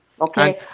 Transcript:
Okay